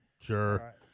Sure